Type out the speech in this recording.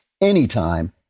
anytime